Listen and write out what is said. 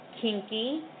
kinky